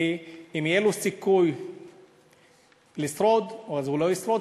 ואם היה לו סיכוי לשרוד הוא לא ישרוד,